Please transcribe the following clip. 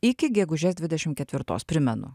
iki gegužės dvidešimt ketvirtos primenu